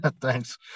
Thanks